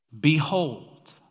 behold